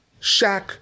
Shaq